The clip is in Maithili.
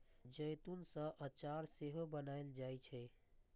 जैतून सं अचार सेहो बनाएल जाइ छै